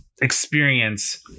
experience